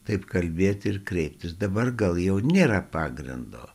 taip kalbėti ir kreiptis dabar gal jau nėra pagrindo